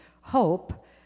hope